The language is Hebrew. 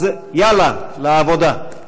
אז יאללה, לעבודה.